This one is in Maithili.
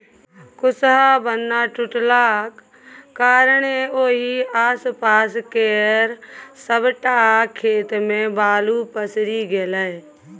कुसहा बान्ह टुटलाक कारणेँ ओहि आसपास केर सबटा खेत मे बालु पसरि गेलै